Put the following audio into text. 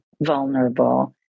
vulnerable